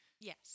yes